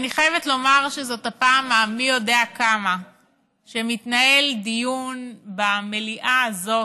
אני חייבת לומר שזאת הפעם המי-יודע-כמה שמתנהל דיון במליאה הזאת,